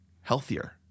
healthier